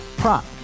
Prop